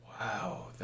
Wow